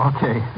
Okay